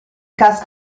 cast